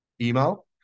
email